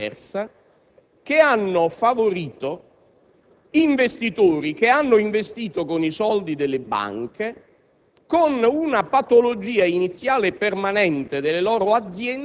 In Italia abbiamo concepito privatizzazioni, viceversa, che hanno favorito investitori che hanno investito con i soldi delle banche,